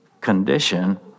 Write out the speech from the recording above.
condition